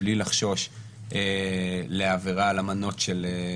לא לסרב להנפיק Debit.